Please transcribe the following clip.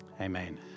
amen